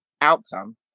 outcome